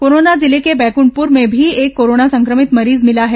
Korea जिले के बैकूंठपुर में भी एक कोरोना संक्रमित मरीज भिला है